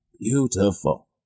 Beautiful